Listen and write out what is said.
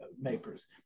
makers